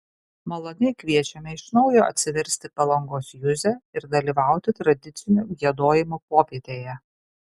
maloniai kviečiame iš naujo atsiversti palangos juzę ir dalyvauti tradicinių giedojimų popietėje